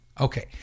Okay